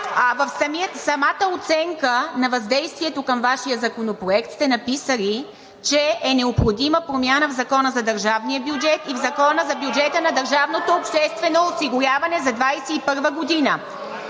В самата оценка на въздействието към Вашия законопроект сте написали, че е необходима промяна в Закона за държавния бюджет и в Закона за бюджета на държавното обществено осигуряване за 2021 г.!